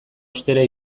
ostera